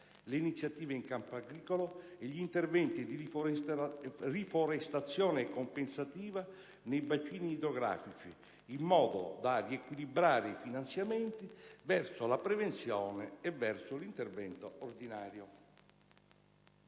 le iniziative in campo agricolo e gli interventi di riforestazione compensativa nei bacini idrografici, in modo da riequilibrare i finanziamenti verso la prevenzione e l'intervento ordinario.